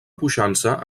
puixança